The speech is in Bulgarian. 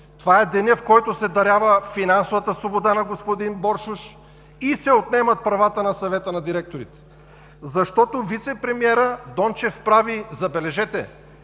Това е денят, в който се дарява финансовата свобода на господин Боршош и се отнемат правата на Съвета на директорите. Защото вицепремиерът Дончев прави една-единствена